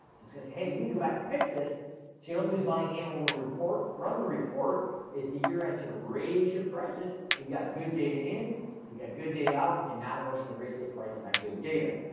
it's it's goes. hey you need to go back and fix this so you don't lose money and on report run the report if the year end to raise your prices, we got good data in so we got good data out we cannot emotionally raise this prices on good data